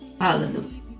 Hallelujah